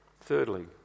Thirdly